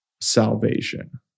salvation